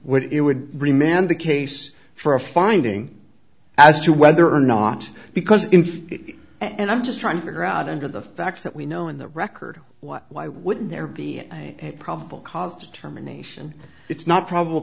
would it would remain the case for a finding as to whether or not because if and i'm just trying to figure out under the facts that we know in the record what why would there be a probable cause determination it's not probable